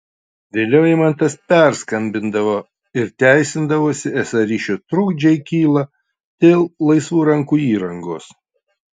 vėliau eimantas perskambindavo ir teisindavosi esą ryšio trukdžiai kyla dėl laisvų rankų įrangos